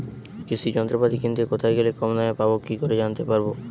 কৃষি যন্ত্রপাতি কিনতে কোথায় গেলে কম দামে পাব কি করে জানতে পারব?